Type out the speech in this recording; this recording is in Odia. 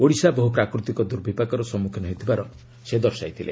ଓଡ଼ିଶା ବହୁ ପ୍ରାକୃତିକ ଦୁର୍ବିପାକର ସମ୍ମୁଖୀନ ହେଉଥିବାର ସେ ଦର୍ଶାଇଥିଲେ